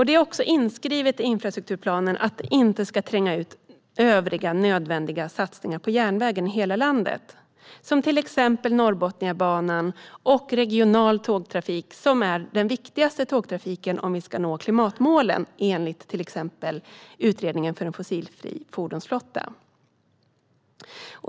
Det är också inskrivet i infrastrukturplanen att det inte ska tränga ut övriga nödvändiga satsningar på järnvägen i hela landet, till exempel Norrbotniabanan och regional tågtrafik, som är den viktigaste tågtrafiken om vi ska nå klimatmålen, enligt exempelvis utredningen om en fossilfri fordonsflotta.